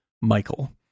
Michael